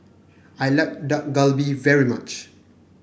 I like Dak Galbi very much